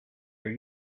are